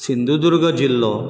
सिंधुदुर्ग जिल्लो